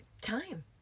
time